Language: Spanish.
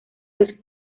los